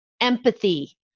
empathy